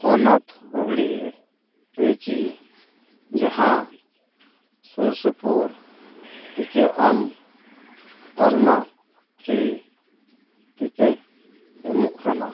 ᱦᱚᱱᱚᱛ ᱦᱩᱜᱽᱞᱤ ᱨᱮ ᱠᱤ ᱡᱟᱦᱟᱱ ᱥᱩᱨ ᱥᱩᱯᱩᱨ ᱴᱤᱠᱟᱹ ᱟᱢ ᱛᱟᱞᱢᱟ ᱯᱷᱨᱤ ᱴᱤᱠᱟᱹᱭ ᱮᱢᱚᱜ ᱠᱟᱱᱟ